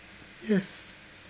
yes